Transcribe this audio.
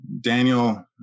daniel